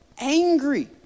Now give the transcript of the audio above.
angry